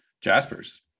Jaspers